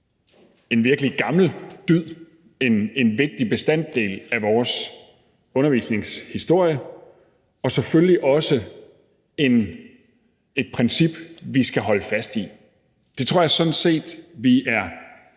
en virkelig gammel dyd, en vigtig bestanddel af vores undervisningshistorie og selvfølgelig også et princip, vi skal holde fast i. Det tror jeg sådan set vi er